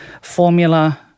formula